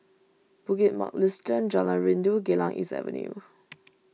Bukit Mugliston Jalan Rindu Geylang East Avenue